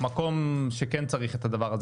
מקום שכן צריך את הדבר הזה,